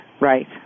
right